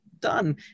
done